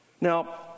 Now